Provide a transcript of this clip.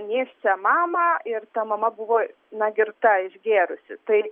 nėščią mamą ir ta mama buvo na girta išgėrusi tai